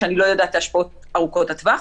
שאני לא יודעת את ההשפעות ארוכות הטווח,